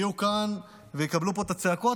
יהיו כאן ויקבלו פה את הצעקות,